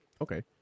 Okay